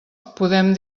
podem